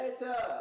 BETTER